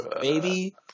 Baby